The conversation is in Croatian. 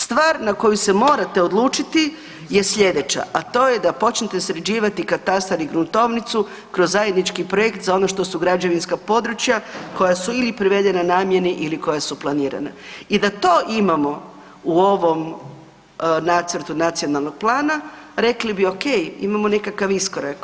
Stvar na koju se morate odlučiti je sljedeća, a to je da počnete sređivati katastar i gruntovnicu kroz zajednički projekt za ono što su građevinska područja, koja su ili privedena namjeni ili koja su planirana i da to imamo u ovom nacrtu Nacionalnog plana, rekli bi okej, imamo nekakav iskorak.